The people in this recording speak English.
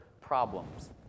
problems